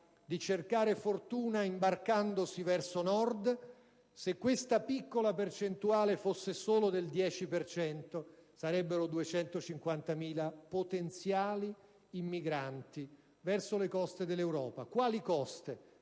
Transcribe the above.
di cercare fortuna imbarcandosi verso Nord; se questa piccola percentuale fosse solo del 10 per cento, si tratterebbe di 250.000 potenziali immigranti verso le coste dell'Europa. Ciò